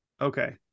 Okay